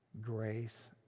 grace